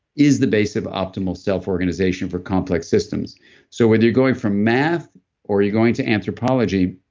is the base of optimal so organization for complex systems so whether you're going from math or you're going to anthropology,